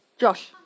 Josh